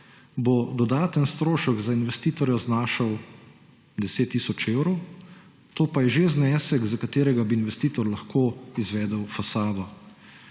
bo dodaten strošek za investitorja znašal 10 tisoč evrov, to pa je že znesek, za katerega bi investitor lahko izvedel fasado.